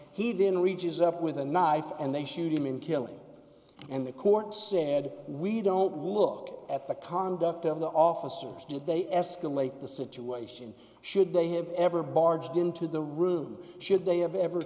he then reaches up with a knife and they shoot him in killing and the court said we don't look at the conduct of the officers did they escalate the situation should they have ever barged into the room should they have ever